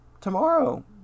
tomorrow